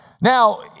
Now